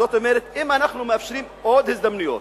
כלומר, אם אנחנו מאפשרים עוד הזדמנויות,